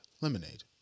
Lemonade